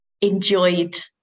enjoyed